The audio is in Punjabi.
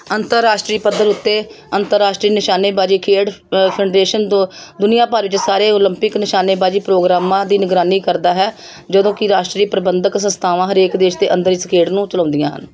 ਅੰਤਰਰਾਸ਼ਟਰੀ ਪੱਧਰ ਉੱਤੇ ਅੰਤਰਰਾਸ਼ਟਰੀ ਨਿਸ਼ਾਨੇਬਾਜ਼ੀ ਖੇਡ ਫੈਡਰੇਸ਼ਨ ਦੁ ਦੁਨੀਆ ਭਰ ਵਿੱਚ ਸਾਰੇ ਓਲੰਪਿਕ ਨਿਸ਼ਾਨੇਬਾਜ਼ੀ ਪ੍ਰੋਗਰਾਮਾਂ ਦੀ ਨਿਗਰਾਨੀ ਕਰਦਾ ਹੈ ਜਦੋਂ ਕਿ ਰਾਸ਼ਟਰੀ ਪ੍ਰਬੰਧਕ ਸੰਸਥਾਵਾਂ ਹਰੇਕ ਦੇਸ਼ ਦੇ ਅੰਦਰ ਇਸ ਖੇਡ ਨੂੰ ਚਲਾਉਂਦੀਆਂ ਹਨ